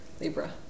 Libra